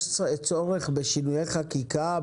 יש צורך בשינויי חקיקה,